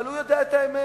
אבל הוא יודע את האמת.